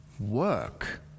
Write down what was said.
work